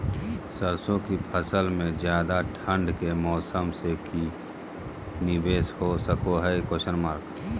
सरसों की फसल में ज्यादा ठंड के मौसम से की निवेस हो सको हय?